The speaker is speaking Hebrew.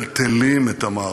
מטלטלים את המערכות,